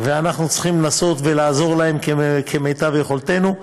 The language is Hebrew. ואנחנו צריכים לעשות ולעזור להם כמיטב יכולתנו,